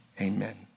Amen